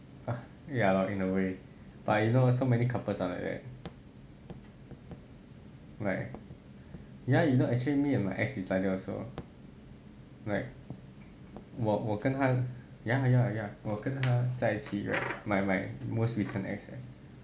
ya lah in a way but I know so many couples are like that like yeah you know actually me and my ex is like that also like 我跟他 ya ya ya 我跟他在一起 right my my most recent ex leh